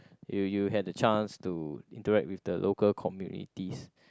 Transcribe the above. you you had the chance to interact with the local communities